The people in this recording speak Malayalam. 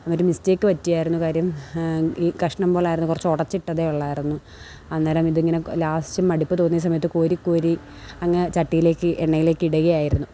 ഒരു മിസ്റ്റേക്ക് പറ്റിയായിരുന്നു കാര്യം ഈ കഷ്ണം പോലായിരുന്നു കുറച്ചുടച്ചിട്ടതേ ഉള്ളായിരുന്നു അന്നേരം ഇതിങ്ങനെ ലാസ്റ്റ് മടുപ്പ് തോന്നിയ സമയത്ത് കോരി കോരി അങ്ങ് ചട്ടിയിലേക്ക് എണ്ണയിലേക്കിടുകയായിരുന്നു